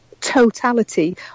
totality